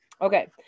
Okay